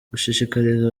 gushishikariza